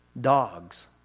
dogs